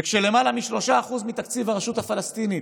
כשלמעלה מ-3% מתקציב הרשות הפלסטינית